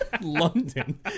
London